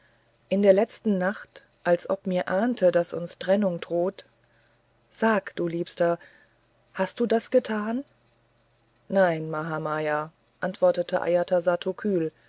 in der letzten nacht als ob mir ahnte daß uns trennung droht sag du liebster hast du das getan nein mahamaya antwortete ajatasattu kühl